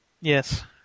Yes